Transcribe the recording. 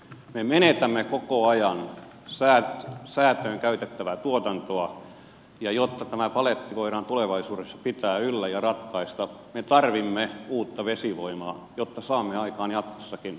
me menetämme koko ajan säätöön käytettävää tuotantoa ja jotta tämä paletti voidaan tulevaisuudessa pitää yllä ja ratkaista me tarvitsemme uutta vesivoimaa jotta saamme aikaan jatkossakin kotimaista säätöä